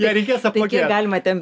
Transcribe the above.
ją reikės apmokėt